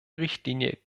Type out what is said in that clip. richtlinie